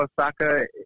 Osaka